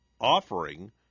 offering